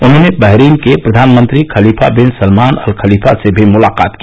उन्होंने बहरीन के प्रधानमंत्री Khalifa bin Salman al Khalifa से भी मुलाकात की